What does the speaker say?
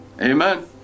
Amen